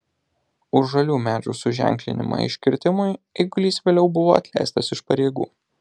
už žalių medžių suženklinimą iškirtimui eigulys vėliau buvo atleistas iš pareigų